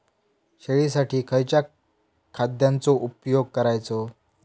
शेळीसाठी खयच्या खाद्यांचो उपयोग करायचो?